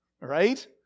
right